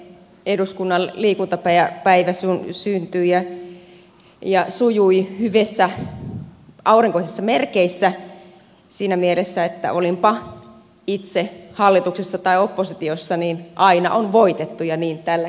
eduskunnan liikuta per päivä se on liikuntapäivä syntyi ja sujui hyvissä aurinkoisissa merkeissä siinä mielessä että olinpa itse hallituksessa tai oppositiossa niin aina on voitettu ja niin tälläkin kertaa